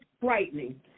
frightening